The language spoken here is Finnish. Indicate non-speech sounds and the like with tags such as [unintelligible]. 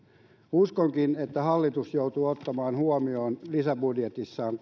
uskonkin että hallitus joutuu ottamaan koronaviruksen huomioon lisäbudjetissaan [unintelligible]